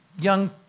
young